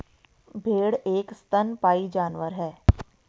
भेड़ एक स्तनपायी जानवर है